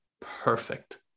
perfect